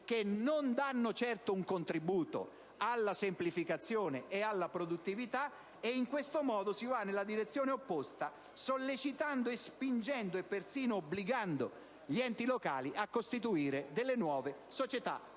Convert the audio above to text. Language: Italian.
che non danno certo un contributo alla semplificazione e alla produttività, e in questo modo si va nella direzione opposta, sollecitando, spingendo e persino obbligando gli enti locali a costituire delle nuove società